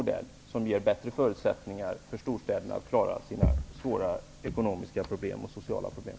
Den ger bättre förutsättningar för storstäderna när det gäller att klara deras svåra sociala och ekonomiska problem.